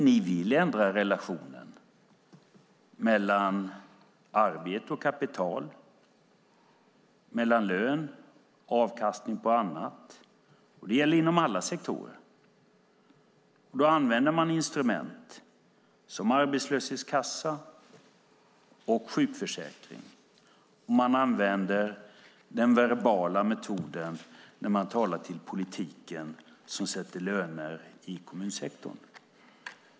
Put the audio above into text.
Ni vill ändra relationen mellan arbete och kapital, mellan lön och avkastning på annat. Och det gäller inom alla sektorer. Då använder man instrument som arbetslöshetskassa och sjukförsäkring, och man använder den verbala metoden när man talar till politiken som sätter löner i kommunsektorn.